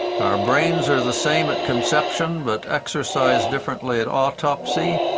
our brains are the same at conception but exercise differently at autopsy,